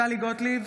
טלי גוטליב,